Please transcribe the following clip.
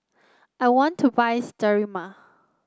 I want to buy Sterimar